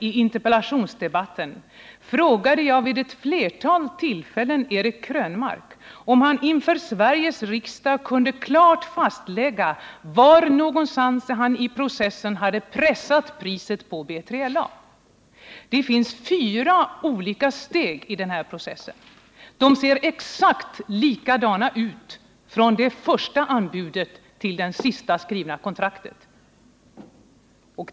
I interpellationsdebatten den 4 december frågade jag vid ett flertal tillfällen Eric Krönmark om han inför Sveriges riksdag kunde klart ange var i processen han hade pressat priset på BILA. Det kunde han inte! Det finns fyra olika steg i den här processen. De ser exakt likadana ut från det första anbudet till det skrivna kontraktet.